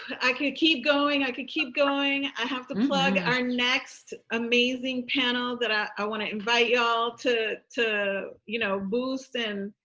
i can keep going. i could keep going. i have to plug our next amazing panel that i want to invite y'all to to you know boost and,